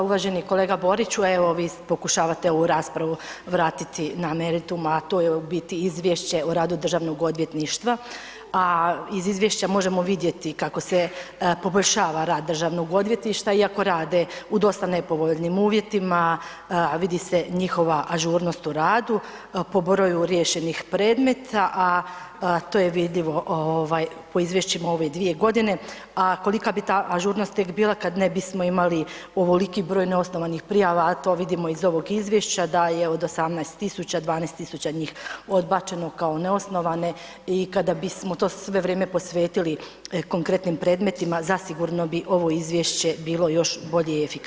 Uvaženi kolega Boriću, evo vi pokušavate ovu raspravu vratiti na meritum, a to je u biti izvješće o radu državnog odvjetništva, a iz izvješća možemo vidjeti kako se poboljšava rad državnog odvjetništva iako rade u dosta nepovoljnim uvjetima, a vidi se njihova ažurnost u radu po broju riješenih predmeta, a to je vidljivo ovaj po izvješćima ove dvije godine, a kolika bi ta ažurnost tek bila kad ne bismo imali ovoliki broj neosnovanih prijava, a to vidimo iz ovog izvješća da je od 18000, 12000 njih odbačeno kao neosnovane i kada bismo to sve vrijeme posvetili konkretnim predmetima zasigurno bi ovo izvješće bilo još bolje i efikasnije.